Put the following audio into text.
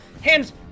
Hands